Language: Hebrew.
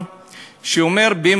שהמשטרה תיתן לאנשים ביטחון,